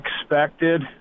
expected